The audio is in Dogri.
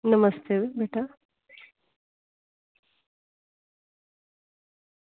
नमस्ते बेटा